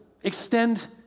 extend